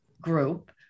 group